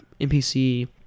NPC